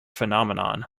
phenomenon